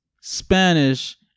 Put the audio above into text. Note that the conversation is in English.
Spanish